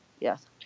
yes